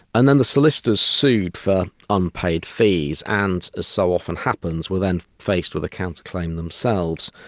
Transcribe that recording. and then the solicitors sued for unpaid fees and, as so often happens, were then faced with a counter-claim themselves.